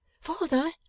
father